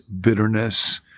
bitterness